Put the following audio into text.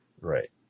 Right